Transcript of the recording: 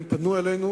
הם פנו אלינו